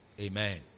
Amen